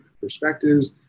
perspectives